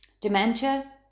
Dementia